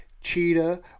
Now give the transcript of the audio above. Cheetah